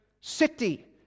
city